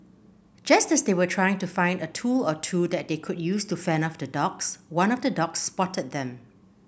just as they were trying to find a tool or two that they could use to fend off the dogs one of the dogs spotted them